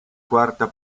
quarta